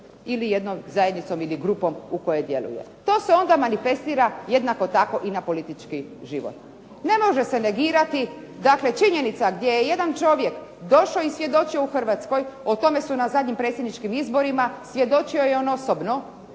ili jednom zajednicom ili grupom u kojoj djeluje, to je se onda manifestira jednako tako i n apolitički život. Ne može se negirati, činjenica gdje je jedan čovjek došao i svjedočio u Hrvatskoj, o tome su na zadnjim predsjedničkim izborima, svjedočio je on osobno